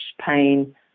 pain